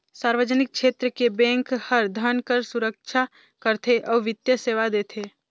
सार्वजनिक छेत्र के बेंक हर धन कर सुरक्छा करथे अउ बित्तीय सेवा देथे